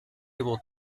able